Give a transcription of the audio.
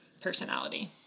personality